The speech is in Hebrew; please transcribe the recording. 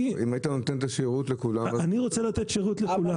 אם היית נותן את השירות לכולם אז --- אני רוצה לתת שירות לכולם.